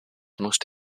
most